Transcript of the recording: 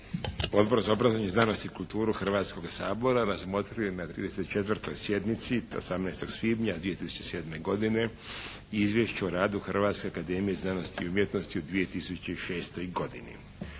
Odbor za obrazovanje, znanost i kulturu Hrvatskoga sabora razmotrio je na 34. sjednici 18. svibnja 2007. godine Izvješće o radu Hrvatske akademije znanosti i umjetnosti u2006. godini.